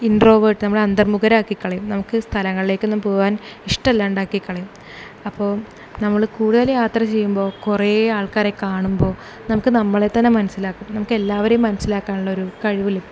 introvert നമ്മളെ അന്തർമുഖരാക്കി കളയും നമുക്ക് സ്ഥലങ്ങളിലേക്കൊന്നും പോവാൻ ഇഷ്ടം അല്ലാണ്ടാക്കി കളയും അപ്പോൾ നമ്മൾ കൂടുതൽ യാത്ര ചെയ്യുമ്പോൾ കുറേ ആൾക്കാരെ കാണുമ്പോൾ നമുക്ക് നമ്മളെത്തന്നെ മനസ്സിലാകും നമുക്ക് എല്ലാവരെയും മനസിലാക്കാനുള്ള ഒരു കഴിവ് ലഭിക്കും